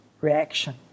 reaction